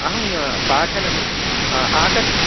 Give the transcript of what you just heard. अहं पाठनं आकर्षक